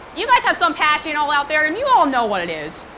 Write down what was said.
you guys have some passion and all out there and you all know what it is.